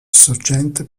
sorgente